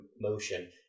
motion